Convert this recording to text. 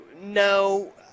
no